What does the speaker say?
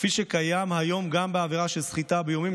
כפי שקיים היום גם בעבירה של סחיטה באיומים,